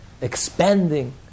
expanding